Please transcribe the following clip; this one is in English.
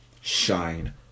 shine